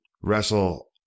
wrestle